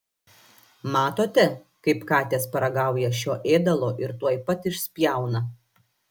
matote kaip katės paragauja šio ėdalo ir tuoj pat išspjauna